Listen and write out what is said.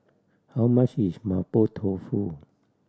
how much is Mapo Tofu